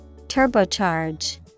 turbocharge